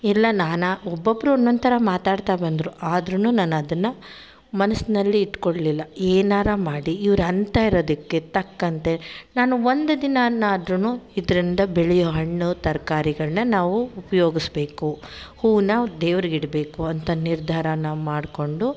ಎಲ್ಲ ನಾನಾ ಒಬ್ಬೊಬ್ಬರು ಒಂದೊಂದು ಥರ ಮಾತಾಡ್ತಾ ಬಂದರು ಆದ್ರೂ ನಾನು ಅದನ್ನು ಮನಸ್ಸಿನಲ್ಲಿ ಇಟ್ಡುಕೊಳ್ಳಿಲ್ಲ ಏನಾದ್ರು ಮಾಡಿ ಇವ್ರು ಅನ್ನುತ್ತಾ ಇರೋದಕ್ಕೆ ತಕ್ಕಂತೆ ನಾನು ಒಂದು ದಿನವಾದ್ರು ಇದರಿಂದ ಬೆಳೆಯೋ ಹಣ್ಣು ತರ್ಕಾರಿಗಳನ್ನು ನಾವು ಉಪ್ಯೋಗಿಸ್ಬೇಕು ಹೂವನ್ನು ದೇವರಿಗಿಡ್ಬೇಕು ಅಂತ ನಿರ್ಧಾರನ ಮಾಡಿಕೊಂಡು